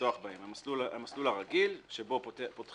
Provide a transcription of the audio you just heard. לפתוח בהם המסלול הרגיל, שבו פותחים